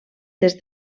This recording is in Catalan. des